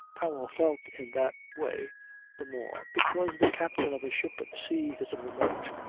powell felt in that way the more because the captain of a ship at sea is a remote,